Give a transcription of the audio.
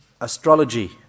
Astrology